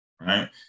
right